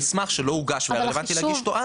מסמך שלא הוגש ורלוונטי להגיש אותו אז.